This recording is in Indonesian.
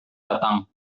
datang